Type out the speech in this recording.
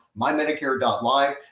MyMedicare.live